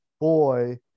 boy